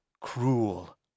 cruel